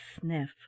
sniff